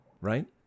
Right